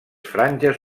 franges